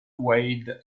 wade